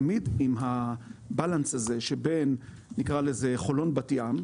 תמיד עם ה-Balance הזה שבין חולון-בת ים,